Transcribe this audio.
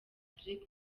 patrick